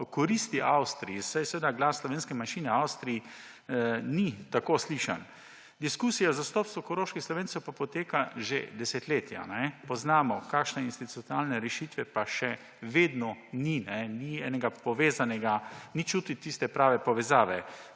koristi Avstriji, saj seveda glas slovenske manjšine v Avstriji ni tako slišan. Diskusija zastopstva koroških Slovencev pa poteka že desetletja, to poznamo, kakšne institucionalne rešitve pa še vedno ni; ni čutiti tiste prave povezave.